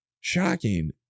Shocking